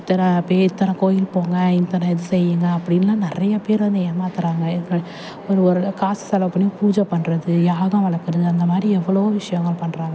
இத்தனை பே இத்தனை கோவில் போங்க இத்தனை இது செய்யுங்க அப்படின்லாம் நிறைய பேர் வந்து ஏமாத்துகிறாங்க ஒரு ஒரளவு காசு செலவு பண்ணி பூஜை பண்ணுறது யாகம் வளர்க்குறது அந்த மாதிரி எவ்வளோ விஷயங்கள் பண்ணுறாங்க